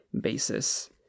basis